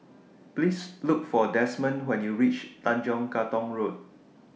Please Look For Desmond when YOU REACH Tanjong Katong Road